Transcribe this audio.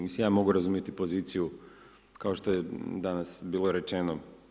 Mislim, ja mogu razumjeti poziciju kao što je danas bilo rečeno.